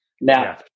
Now